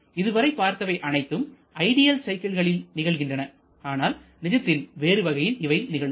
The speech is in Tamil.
இதுவரை பார்த்தவை அனைத்தும் ஐடியில் சைக்கிள்களில் நிகழ்கின்றன ஆனால் நிஜத்தில் வேறு வகையில் இவை நிகழும்